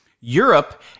Europe